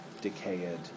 decayed